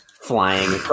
flying